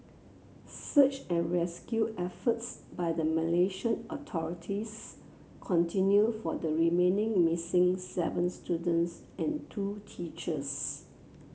search and rescue efforts by the Malaysian authorities continue for the remaining missing seven students and two teachers